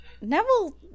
Neville